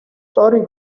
sorry